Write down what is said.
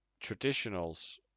traditionals